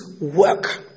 work